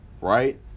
Right